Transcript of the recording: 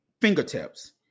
fingertips